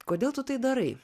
kodėl tu tai darai